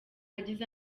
agize